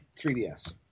3ds